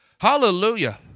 Hallelujah